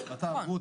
בהחלטה אמרו,